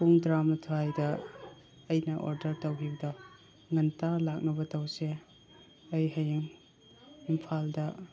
ꯄꯨꯡ ꯇꯔꯥ ꯃꯥꯊꯣꯏꯗ ꯑꯩꯅ ꯑꯣꯔꯗꯔ ꯇꯧꯈꯤꯕꯗꯣ ꯉꯟꯇꯥ ꯂꯥꯛꯅꯕ ꯇꯧꯁꯦ ꯑꯩ ꯍꯌꯦꯡ ꯏꯝꯐꯥꯜꯗ